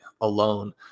alone